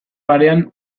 barean